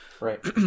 Right